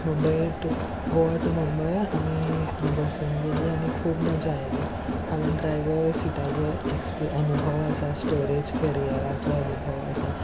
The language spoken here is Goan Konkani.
मुंबय टू गोवा टू मुंबय आमी बसीन गेलीं आनी खूब मजा आयली हांवेन ड्रायवर सिटाचो एक्सपि अनुभव आसा स्टोरेज कॅरियराचो अनुभव आसा